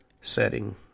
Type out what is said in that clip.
setting